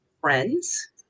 friends